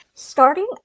Starting